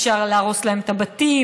אפשר להרוס להם את הבתים,